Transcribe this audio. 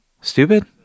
stupid